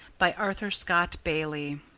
by arthur scott bailey